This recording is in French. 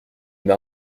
m’a